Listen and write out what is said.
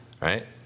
right